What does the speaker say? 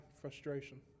frustration